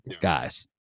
guys